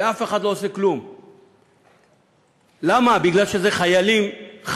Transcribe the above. ואף אחד לא עושה כלום, למה, כי אלה חיילים חרדים?